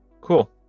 Cool